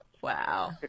Wow